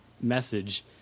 message